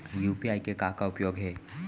UPI के का उपयोग हे?